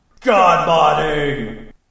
Godbody